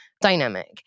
dynamic